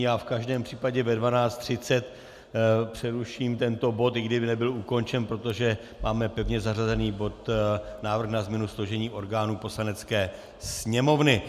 Já v každém případě ve 12.30 přeruším tento bod, i kdyby nebyl ukončen, protože máme pevně zařazený bod Návrh na změnu složení orgánů Poslanecké sněmovny.